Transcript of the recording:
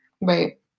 Right